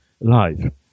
life